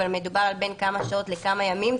אבל מדובר על בין כמה שעות לכמה ימים.